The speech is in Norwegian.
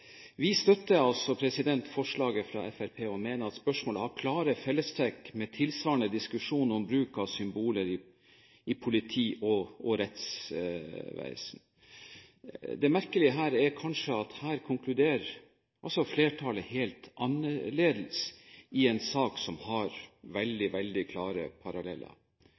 vi støtter altså forslaget fra Fremskrittspartiet og mener at spørsmålet har klare fellestrekk med tilsvarende diskusjon om bruk av symboler i politi- og rettsvesen. Det merkelige er kanskje at her konkluderer flertallet helt annerledes i en sak som har veldig klare paralleller.